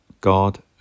God